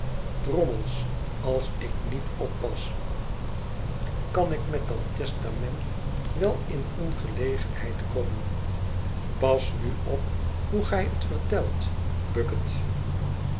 drommels als ik niet oppas kan ik met dat testament wel in ongelegenheid komen pas nu op hoe gij het vertelt bucket